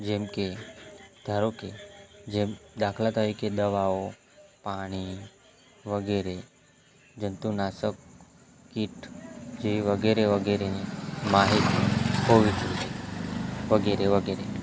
જેમકે ધારો કે જેમ દાખલા તરીકે દવાઓ પાણી વગેરે જંતુ નાશક કીટ જે વગેરે વગેરેની માંગ હોય છે વગેરે વગેરે